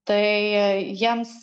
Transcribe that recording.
tai jiems